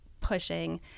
pushing